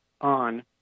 on